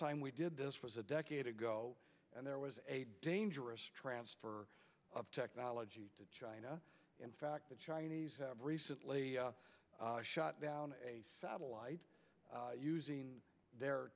time we did this was a decade ago and there was a dangerous transfer of technology to china in fact the chinese have recently shot down a satellite using their